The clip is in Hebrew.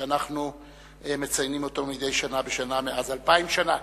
שאנחנו מציינים אותו מדי שנה בשנה מזה אלפיים שנה.